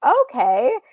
okay